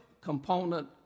component